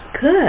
good